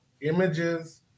images